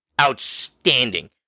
Outstanding